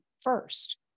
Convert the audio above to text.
first